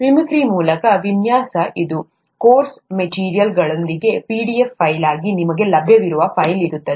mimicry ಮೂಲಕ ವಿನ್ಯಾಸ ಇದು ಕೋರ್ಸ್ ಮೆಟೀರಿಯಲ್ಗಳೊಂದಿಗೆ pdf ಫೈಲ್ ಆಗಿ ನಿಮಗೆ ಲಭ್ಯವಿರುವ ಫೈಲ್ ಇರುತ್ತದೆ